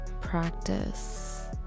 practice